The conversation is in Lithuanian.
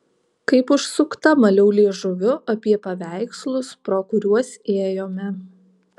kaip užsukta maliau liežuviu apie paveikslus pro kuriuos ėjome